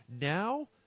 Now